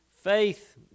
Faith